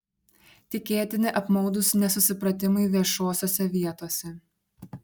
tikėtini apmaudūs nesusipratimai viešosiose vietose